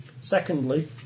Secondly